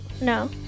No